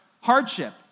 hardship